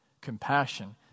compassion